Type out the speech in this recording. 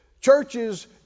Churches